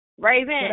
Raven